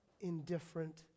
indifferent